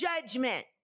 judgment